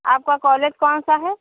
आपका कॉलेज कौन सा है